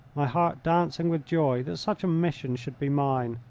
my heart dancing with joy that such a mission should be mine.